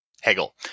hegel